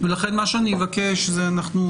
יש לנו מטרה אחת, שזה יסתיים.